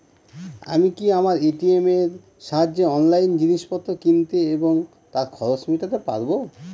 আমি কি আমার এ.টি.এম এর সাহায্যে অনলাইন জিনিসপত্র কিনতে এবং তার খরচ মেটাতে পারব?